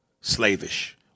slavish